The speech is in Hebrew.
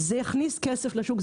זה יכניס כסף לשוק,